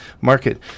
market